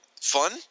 fun